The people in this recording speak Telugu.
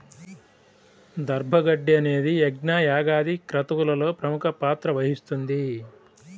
దర్భ గడ్డి అనేది యజ్ఞ, యాగాది క్రతువులలో ప్రముఖ పాత్ర వహిస్తుంది